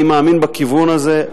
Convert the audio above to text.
אני מאמין בכיוון הזה,